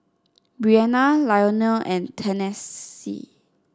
Breana Lionel and Tennessee